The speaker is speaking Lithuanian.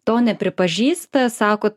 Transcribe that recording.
to nepripažįsta sako